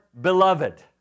beloved